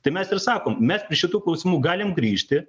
tai mes ir sakom mes prie šitų klausimų galim grįžti